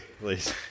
please